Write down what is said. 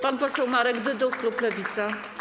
Pan poseł Marek Dyduch, klub Lewica.